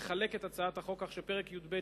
לחלק את הצעת החוק כך שפרק י"ב,